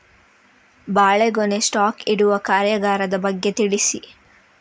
ಬಾಳೆಗೊನೆ ಸ್ಟಾಕ್ ಇಡುವ ಕಾರ್ಯಗಾರದ ಬಗ್ಗೆ ತಿಳಿಸಿ